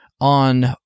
on